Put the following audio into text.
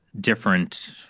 different